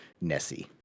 Nessie